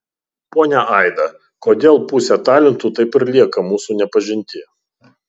ponia aida kodėl pusė talentų taip ir lieka mūsų nepažinti